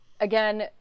Again